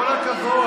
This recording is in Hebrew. בושה וחרפה.